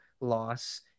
loss